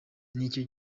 nicyo